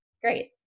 Great